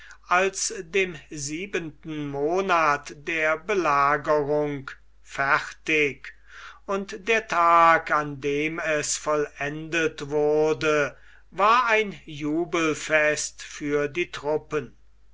als dem siebenten monat der belagerung fertig und der tag an dem es vollendet wurde war ein jubelfest für die truppen